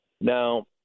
Now